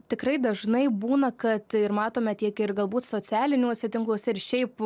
tikrai dažnai būna kad ir matome tiek ir galbūt socialiniuose tinkluose ir šiaip